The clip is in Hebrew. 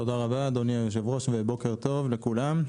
תודה רבה, אדוני היושב ראש, ובוקר טוב לכולם.